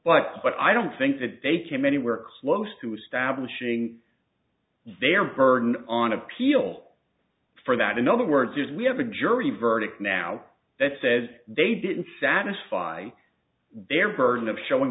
what i don't think that they came anywhere close to establishing their burden on appeal for that in other words is we have a jury verdict now that says they didn't satisfy their burden of showing